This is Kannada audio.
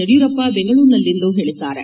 ಯಡಿಯೂರಪ್ಪ ಬೆಂಗಳೂರಿನಲ್ಲಿಂದು ಹೇಳಿದ್ದಾರೆ